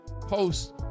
post